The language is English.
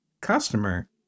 customer